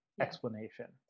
explanation